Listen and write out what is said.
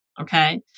okay